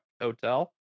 Hotel